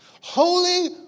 Holy